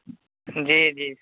जी जी